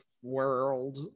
world